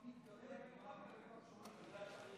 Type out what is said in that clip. ל"ה ל"ז / י"ח כ"א בתמוז התשפ"א / 28 ביוני,